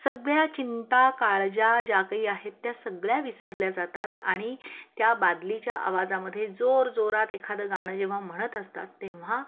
सगळ्या चिंता काळज्या ज्या काही आहेत त्या सगळ्या विसरल्या जातात आणि त्या बादलीच्या आवाजामध्ये जोरजोरात एखादं गाणं जेव्हा म्हणत असतात तेव्हा